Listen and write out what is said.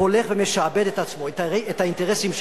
הולך ומשעבד את עצמו, את האינטרסים שלו,